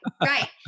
right